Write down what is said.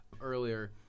earlier